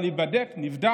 אבל זה ייבדק וזה נבדק,